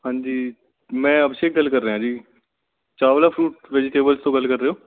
ਹਾਂਜੀ ਮੈਂ ਅਭਿਸ਼ੇਕ ਗੱਲ ਕਰ ਰਿਹਾ ਜੀ ਚਾਵਲਾ ਫਰੂਟ ਵੈਜੀਟੇਬਲ ਤੋਂ ਗੱਲ ਕਰ ਰਹੇ ਹੋ